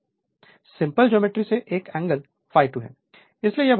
इसलिए simple geometry से यह एंगल ∅2 है